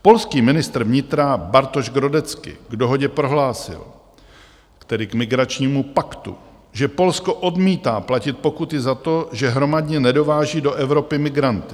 Polský ministr vnitra Bartosz Grodecki k dohodě prohlásil, tedy k migračnímu paktu, že Polsko odmítá platit pokuty za to, že hromadně nedováží do Evropy migranty.